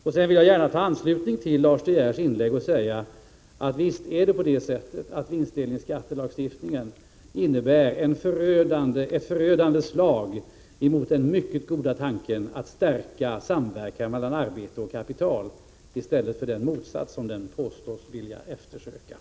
Jag vill i anslutning till Lars De Geers inlägg säga att vinstdelningsskatten mycket riktigt innebär ett förödande slag emot den mycket goda tanken att stärka samverkan mellan arbete och kapital; inte motsatsen, vilket påstås vara avsikten.